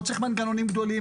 לא צריך מנגנונים גדולים,